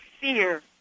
fear